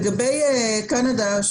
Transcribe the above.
לגבי קנדה,